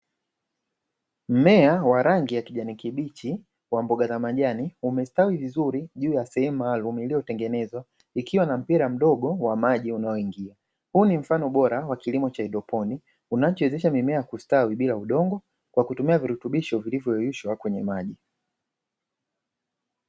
Mmea wa rangi ya kijani kibichi wa mboga za majani, umestawi vizuri juu ya sehemu maalumu iliyotengenezwa, ikiwa na mpira mdogo wa maji unaoingia. Huu ni mfano bora wa kilimo cha haidroponi, unachowezesha mimea kustawi bila udongo, kwa kutumia virutubisho vilivyoyeyushwa kwenye maji.